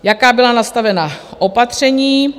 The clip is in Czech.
Jaká byla nastavená opatření?